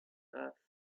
earth